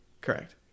Correct